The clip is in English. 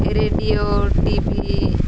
radio TV